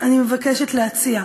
מבקשת להציע.